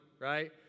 right